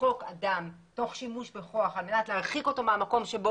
לדחוק אדם תוך שימוש בכוח על מנת להרחיק אותו מהמקום בו